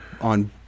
on